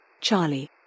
Charlie